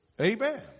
Amen